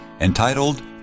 entitled